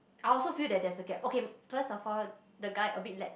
I also feel that there's a gap okay first of all the guy a bit lag